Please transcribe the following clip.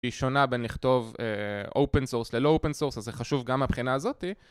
היא שונה בין לכתוב אופן סורס ללא אופן סורס, אז זה חשוב גם מבחינה הזאתי.